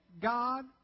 God